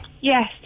Yes